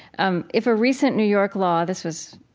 um if a recent new york law this was,